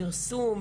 פרסום,